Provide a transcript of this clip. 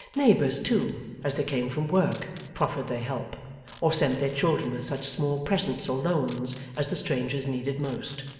neighbours, too, as they came from work, proffered their help or sent their children with such small presents or loans as the strangers needed most.